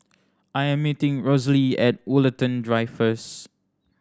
I am meeting Rosalee at Woollerton Drive first